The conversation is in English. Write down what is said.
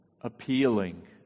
appealing